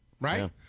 Right